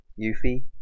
Yuffie